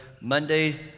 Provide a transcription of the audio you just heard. Monday